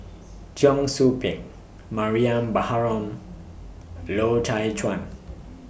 Cheong Soo Pieng Mariam Baharom Loy Chye Chuan